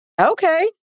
Okay